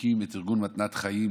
הקים את ארגון "מתנת חיים".